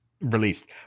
released